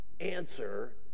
answer